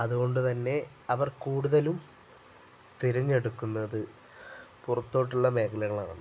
അതു കൊണ്ടു തന്നെ അവർ കൂടുതലും തിരഞ്ഞെടുക്കുന്നത് പുറത്തോട്ടുള്ള മേഖലകളാണ്